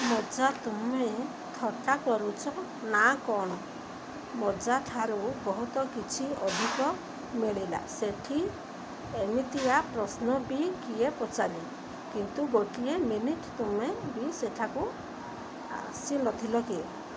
ଅଜା ତୁମେ ଥଟ୍ଟା କରୁଛ ନା କ'ଣ ଅଜା ଠାରୁ ବହୁତ କିଛି ଅଧିକ ମିଳିଲା ସେଠି ଏମିତିଆ ପ୍ରଶ୍ନ ବି କିଏ ପଚାରେ କିନ୍ତୁ ଗୋଟେ ମିନିଟ୍ ତୁମେ ବି ସେଠାକୁ ଆସିନଥିଲ କି